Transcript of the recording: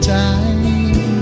time